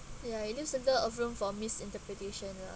ya it leave circle of room for misinterpretation lah